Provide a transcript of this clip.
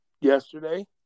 yesterday